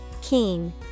Keen